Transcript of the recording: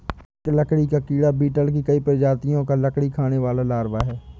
एक लकड़ी का कीड़ा बीटल की कई प्रजातियों का लकड़ी खाने वाला लार्वा है